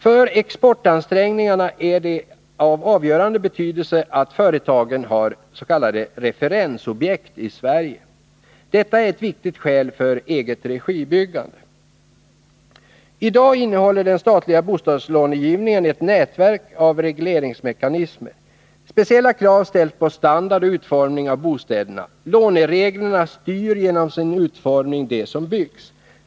För exportansträngningarna är det av avgörande betydelse att företagen har referensobjekt i Sverige. Detta är ett viktigt skäl för egenregibyggande. I dag innehåller den statliga bostadslångivningen ett nätverk av regleringsmekanismer. Speciella krav ställs på standard och utformning av bostäderna. Lånereglerna styr genom sin utformning det som byggs.